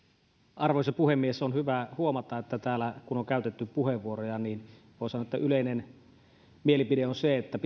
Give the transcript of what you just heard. arvoisa puhemies on hyvä huomata että täällä kun on käytetty puheenvuoroja voi sanoa että yleinen mielipide on se että